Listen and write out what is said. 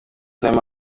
time